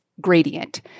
gradient